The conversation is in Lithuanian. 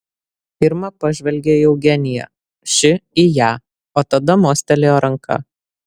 irma pažvelgė į eugeniją ši į ją o tada mostelėjo ranka